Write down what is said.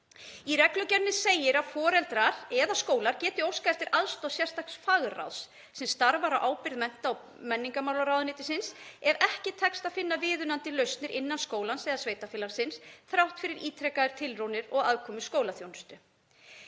Í reglugerðinni segir að foreldrar eða skólar geti óskað eftir aðstoð sérstaks fagráðs sem starfar á ábyrgð mennta- og menningarmálaráðuneytisins ef ekki tekst að finna viðunandi lausnir innan skólans eða sveitarfélagsins þrátt fyrir ítrekaðar tilraunir og aðkomu skólaþjónustu.